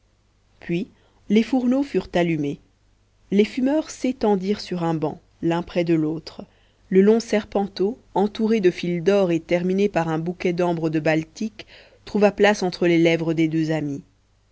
puis les fourneaux furent allumés les fumeurs s'étendirent sur un banc l'un près de l'autre le long serpenteau entouré de fil d'or et terminé par un bouquin d'ambre de la baltique trouva place entre les lèvres des deux amis